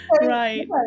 Right